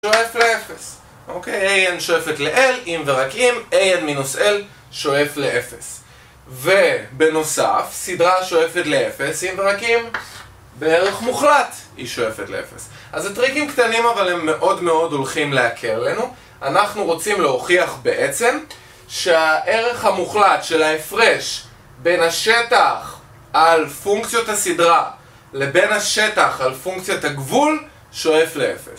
שואף ל-0, אוקיי? a n שואפת ל-l, אם ורק אם, a n מינוס l שואף ל-0. ובנוסף, סדרה שואפת ל-0, אם ורק אם, בערך מוחלט היא שואפת ל-0. אז הטריקים קטנים, אבל הם מאוד מאוד הולכים להקל עלינו. אנחנו רוצים להוכיח בעצם שהערך המוחלט של ההפרש בין השטח על פונקציות הסדרה לבין השטח על פונקציית הגבול שואף ל-0.